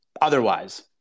otherwise